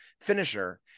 finisher